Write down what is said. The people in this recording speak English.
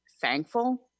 thankful